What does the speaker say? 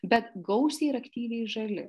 bet gausiai ir aktyviai žali